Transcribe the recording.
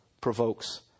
provokes